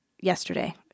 Yesterday